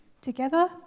together